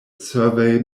survey